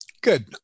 Good